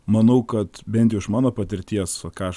manau kad bent jau iš mano patirties ką aš